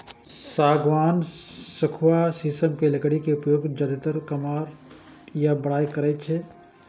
सागवान, सखुआ, शीशम के लकड़ी के उपयोग जादेतर कमार या बढ़इ करै छै